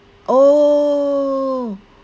oh